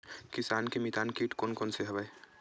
किसान के मितान कीट कोन कोन से हवय?